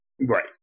Right